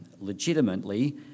legitimately